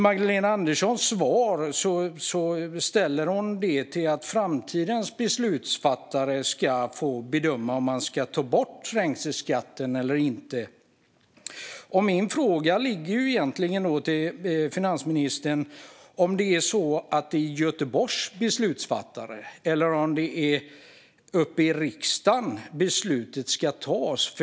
Magdalena Anderssons säger i sitt svar att framtidens beslutsfattare ska få bedöma om man ska ta bort trängselskatten eller inte. Min fråga till finansministern är om det handlar om Göteborgs beslutsfattare, eller om det är i riksdagen som beslutet ska tas.